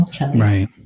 Right